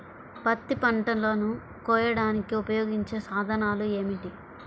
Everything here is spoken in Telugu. పత్తి పంటలను కోయడానికి ఉపయోగించే సాధనాలు ఏమిటీ?